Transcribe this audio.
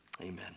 Amen